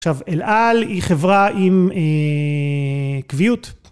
עכשיו אלעל היא חברה עם קביעות